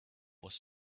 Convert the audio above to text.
was